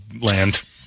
Land